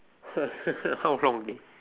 how long dey